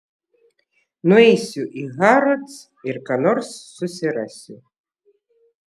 nueisiu į harrods ir ką nors susirasiu